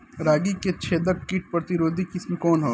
रागी क छेदक किट प्रतिरोधी किस्म कौन ह?